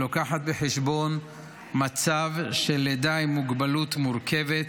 שלוקחת בחשבון מצב של לידה עם מוגבלות מורכבת,